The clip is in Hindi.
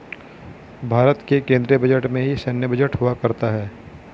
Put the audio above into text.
भारत के केन्द्रीय बजट में ही सैन्य बजट हुआ करता है